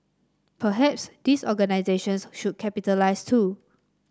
perhaps these organisations should capitalise too